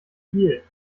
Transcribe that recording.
viel